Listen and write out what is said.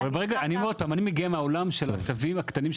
אני מגיע מהעולם של התווים הקטנים,